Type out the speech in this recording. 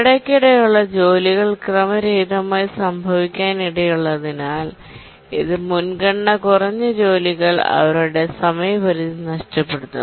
ഇടയ്ക്കിടെയുള്ള ജോലികൾ ക്രമരഹിതമായി സംഭവിക്കാനിടയുള്ളതിനാൽ ഇത് മുൻഗണന കുറഞ്ഞ ജോലികൾ അവരുടെ സമയപരിധി നഷ്ടപ്പെടുത്തും